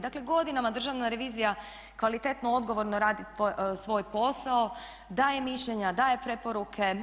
Dakle godinama Državna revizija kvalitetno i odgovorno radi svoj posao, daje mišljenja, daje preporuke.